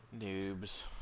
Noobs